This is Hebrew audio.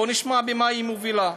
בואו נשמע במה היא מובילה,